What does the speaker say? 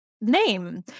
name